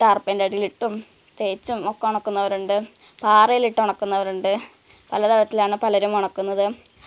ടാര്പ്പിന്റെ അടിയിൽ ഇട്ടും തേച്ചും ഒക്കെ ഉണക്കുന്നവരുണ്ട് പാറയിൽ ഇട്ട് ഉണക്കുന്നവരുണ്ട് പല തരത്തിലാണ് പലരും ഉണക്കുന്നത്